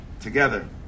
together